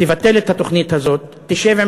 תבטל את התוכנית הזאת, תשב עם